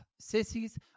Sissies